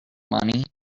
money